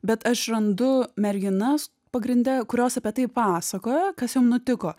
bet aš randu merginas pagrinde kurios apie tai pasakoja kas jom nutiko